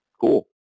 cool